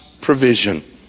provision